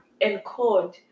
encode